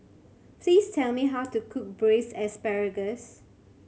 please tell me how to cook Braised Asparagus